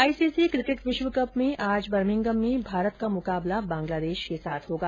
ICC cricket विश्व cup में आज बर्मिंघम में भारत का मुकाबला बंग्लादेश के साथ होगा